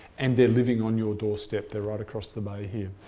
and they're living on your doorstep. they're right across the bay here.